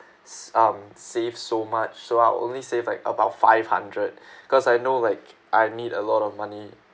um save so much so I'll only saving about five hundred cause I know like I need a lot of money